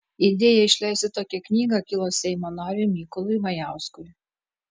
idėja išleisti tokią knygą kilo seimo nariui mykolui majauskui